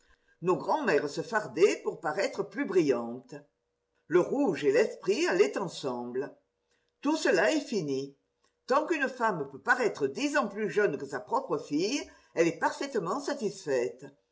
nos grand'mères se fardaient pour paraître plus brillantes le a rouge et y esprit allaient ensemble tout cela est fini tant qu'une femme peut paraître dix ans plus jeune que sa propre fille elle est parfaitement satisfaite